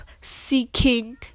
seeking